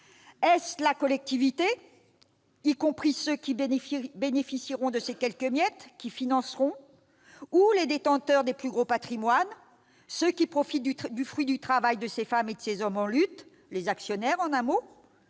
? La collectivité, y compris ceux qui bénéficieront de ces quelques miettes, ou bien les détenteurs des plus gros patrimoines, ceux qui profitent du fruit du travail de ces femmes et de ces hommes en lutte, les actionnaires en un mot ?